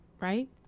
right